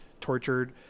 tortured